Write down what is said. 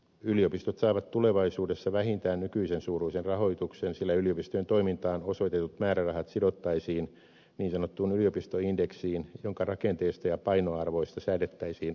yliopistot saavat tulevaisuudessa vähintään nykyisen suuruisen rahoituksen sillä yliopistojen toimintaan osoitetut määrärahat sidottaisiin niin sanottuun yliopistoindeksiin jonka rakenteesta ja painoarvoista säädettäisiin asetuksella